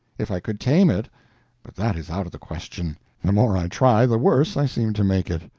if i could tame it but that is out of the question the more i try the worse i seem to make it.